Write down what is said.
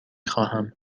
خواهم